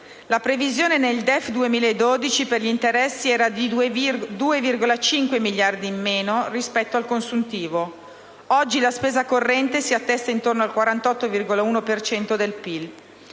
La previsione nel DEF 2012 per gli interessi era di 2,5 miliardi in meno rispetto al consuntivo. Oggi la spesa corrente si attesta intorno al 48,1 per